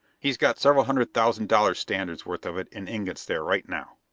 he's got several hundred thousand dollar-standards' worth of it in ingots there right now.